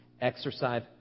exercise